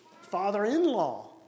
father-in-law